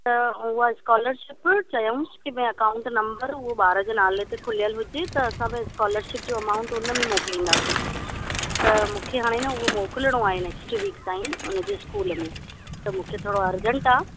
त उहा स्कॉलरशिप चयऊं की भई अकाउंट नम्बर उहो ॿार जे नाले ते खुलियलु हुजे त असां बि स्कॉलरशिप जो अमाउंट उनमें मोकिलींदासीं त मूंखे हाणे न उहो मोकिलणो आहे नेक्स्ट वीक ताईं उनजे स्कूल में त मूंखे थोरो अर्जेंट आहे